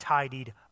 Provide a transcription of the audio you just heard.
tidied